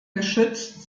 geschützt